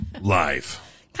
live